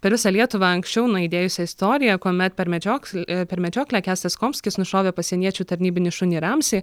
per visą lietuvą anksčiau nuaidėjusią istoriją kuomet per medžiok per medžioklę kęstas komskis nušovė pasieniečių tarnybinį šunį ramzį